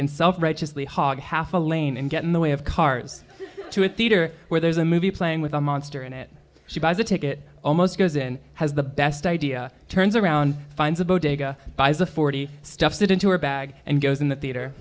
can self righteously hog half a lane and get in the way of cars to a theater where there's a movie playing with a monster in it she buys a ticket almost goes in has the best idea turns around finds a bodega buys a forty stuffed it into her bag and goes in the theater